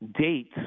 dates